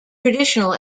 traditional